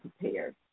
prepared